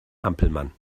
hampelmann